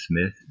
Smith